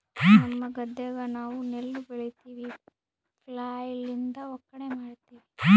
ನಮ್ಮ ಗದ್ದೆಗ ನಾವು ನೆಲ್ಲು ಬೆಳಿತಿವಿ, ಫ್ಲ್ಯಾಯ್ಲ್ ಲಿಂದ ಒಕ್ಕಣೆ ಮಾಡ್ತಿವಿ